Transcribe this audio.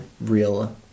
real